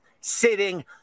sitting